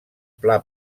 pla